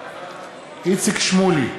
איציק שמולי,